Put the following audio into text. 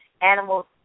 animals